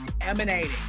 emanating